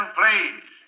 please